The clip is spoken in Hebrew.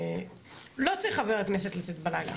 לא צריך חבר הכנסת לצאת בלילה.